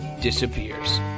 disappears